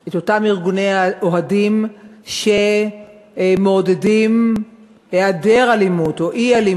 את אותם ארגוני אוהדים שמעודדים אי-אלימות.